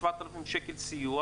7,000 שקל סיוע,